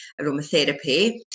aromatherapy